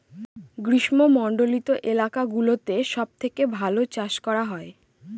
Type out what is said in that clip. গ্রীষ্মমন্ডলীত এলাকা গুলোতে সব থেকে ভালো চাষ করা হয়